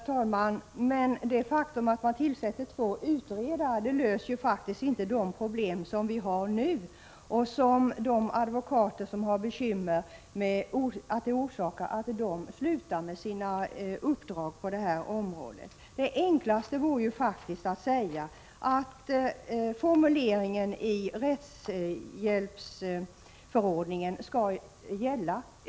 Herr talman! Det faktum att man tillsätter två utredare löser faktiskt inte de problem som vi har nu till följd av att de advokater som har sådana här bekymmer slutar att åta sig uppdrag på detta område. Det enklaste vore faktiskt att säga att formuleringen ”utan dröjsmål” i rättshjälpsförordningen skall gälla.